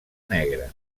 negre